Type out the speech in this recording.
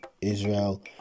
Israel